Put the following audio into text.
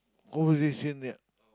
conversation yeah